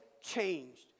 changed